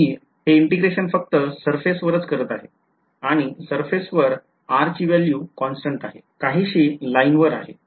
मी हे integration फक्त surface वरच करत आहे आणि surface वर r ची value कॉन्स्टन्ट आहे काहीशी लाईनवर आहे